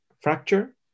fracture